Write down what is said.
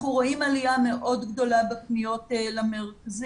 אנחנו רואים עלייה מאוד גדולה בפניות למרכזים,